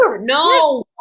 No